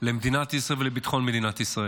למדינת ישראל ולביטחון מדינת ישראל.